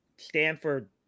stanford